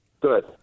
Good